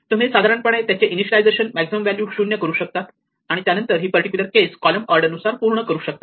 तुम्ही साधारण पणे त्याचे इनिशियलिझेशन मॅक्झिमम व्हॅल्यू 0 करू शकता आणि त्यानंतर ही पर्टिक्युलर केस कॉलम ऑर्डर नुसार पूर्ण करू शकता